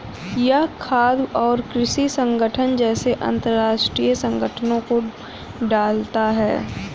यह खाद्य और कृषि संगठन जैसे अंतरराष्ट्रीय संगठनों को डालता है